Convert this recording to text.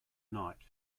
night